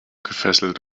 gefesselt